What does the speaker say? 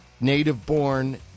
native-born